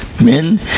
men